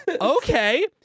Okay